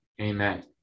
amen